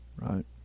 right